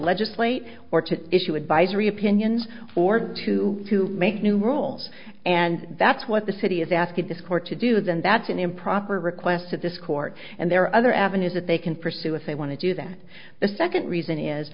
legislate or to issue advisory opinions for to make new rules and that's what the city is asking this court to do then that's an improper request at this court and there are other avenues that they can pursue if they want to do that the second reason is